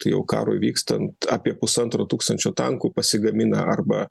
tai jau karui vykstant apie pusantro tūkstančio tankų pasigamina arba